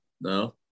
no